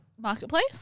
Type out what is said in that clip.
marketplace